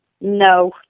No